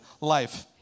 life